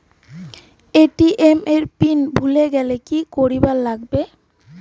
ATM এর pin ভুলি গেলে কি করিবার লাগবে?